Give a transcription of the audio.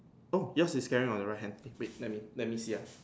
oh yours is carrying on the right hand wait let me let me see ya